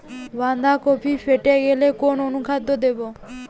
বাঁধাকপি ফেটে গেলে কোন অনুখাদ্য দেবো?